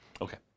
Okay